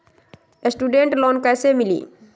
Student loan कैसे मिली?